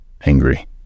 Angry